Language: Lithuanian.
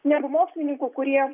negu mokslininkų kurie